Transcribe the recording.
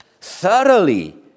thoroughly